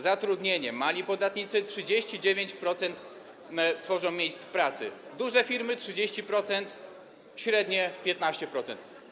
Zatrudnienie - mali podatnicy tworzą 39% miejsc pracy, duże firmy - 30%, średnie - 15%.